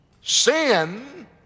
Sin